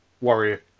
Warrior